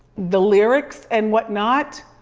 the lyrics and whatnot.